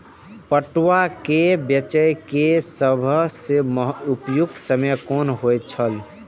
पटुआ केय बेचय केय सबसं उपयुक्त समय कोन होय छल?